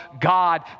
God